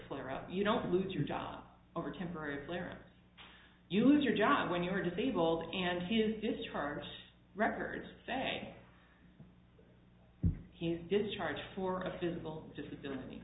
flare up you don't lose your job over temporary flare you lose your job when you are disabled and his discharge records say he was discharged for a physical disability